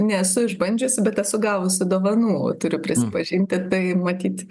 nesu išbandžiusi bet esu gavusi dovanų turiu prisipažinti tai matyt